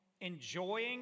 enjoying